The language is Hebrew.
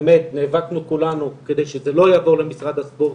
באמת נאבקנו כולנו כדי שזה לא יעבור למשרד הספורט.